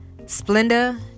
splenda